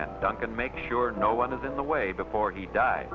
and duncan make sure no one is in the way before he die